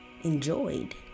enjoyed